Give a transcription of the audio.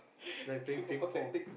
it's like playing Ping-Pong